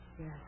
Yes